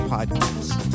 Podcast